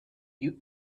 you